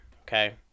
Okay